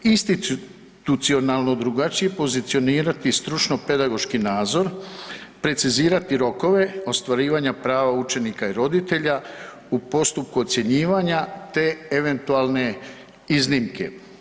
Institucionalno drugačije pozicionirati stručno-pedagoški nadzor, precizirati rokove, ostvarivanja prava učenika i roditelja u postupku ocjenjivanja, te eventualne iznimke.